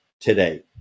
today